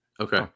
Okay